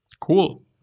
Cool